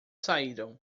saíram